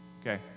okay